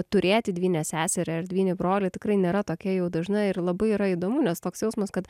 turėti dvynę seserį ar dvynį brolį tikrai nėra tokia jau dažna ir labai yra įdomu nes toks jausmas kad